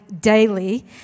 daily